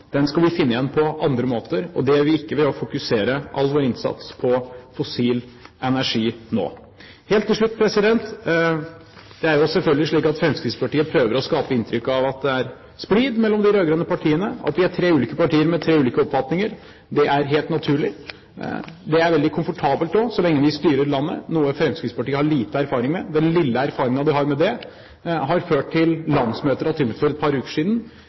den sjette oljekrona. Den skal vi finne igjen på andre måter, og det gjør vi ikke ved å fokusere all vår innsats på fossil energi nå. Helt til slutt: Det er selvfølgelig slik at Fremskrittspartiet prøver å skape inntrykk av at det er splid mellom de rød-grønne partiene, at vi er tre ulike partier med tre ulike oppfatninger. Det er helt naturlig. Det er veldig komfortabelt også, så lenge vi styrer landet, noe Fremskrittspartiet har lite erfaring med. Den lille erfaringen de har med det, har ført til landsmøter av typen for et par uker siden,